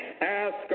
ask